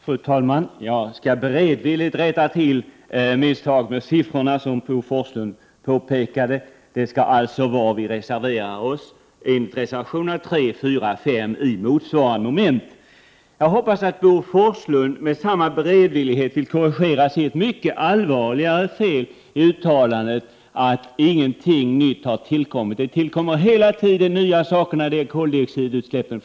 Fru talman! Jag skall beredvilligt rätta till det misstag med siffrorna som Bo Forslund påpekade. Vi reserverar oss alltså enligt reservationerna 3, 4 och Si motsvarande moment. Jag hoppas att Bo Forslund med lika stor beredvillighet vill korrigera sitt eget mycket allvarligare misstag i det felaktiga uttalandet att inget nytt har tillkommit. Det tillkommer hela tiden nya saker när det gäller koldioxidutsläppen.